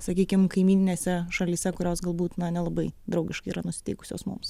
sakykim kaimyninėse šalyse kurios galbūt na nelabai draugiškai yra nusiteikusios mums